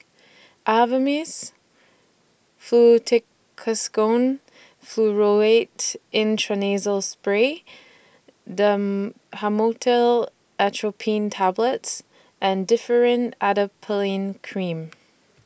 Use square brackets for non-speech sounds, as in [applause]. Avamys Fluticasone Furoate Intranasal Spray [unintelligible] Atropine Tablets and Differin Adapalene Cream